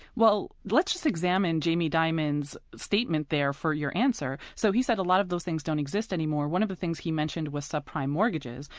well, let's just examine jamie dimon's statement there for your answer. so he said a lot of those things don't exist anymore. one of the things he mentioned was subprime mortgages.